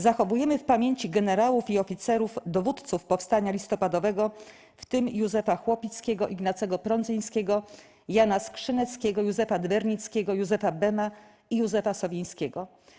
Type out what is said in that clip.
Zachowujemy w pamięci generałów i oficerów, dowódców Powstania Listopadowego, w tym Józefa Chłopickiego, Ignacego Prądzyńskiego, Jana Skrzyneckiego, Józefa Dwernickiego, Józefa Bema i Józefa Sowińskiego.